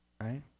Right